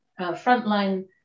frontline